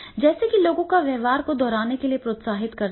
जैसा कि लोगों को व्यवहार को दोहराने के लिए प्रोत्साहित करता है